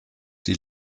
die